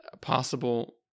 possible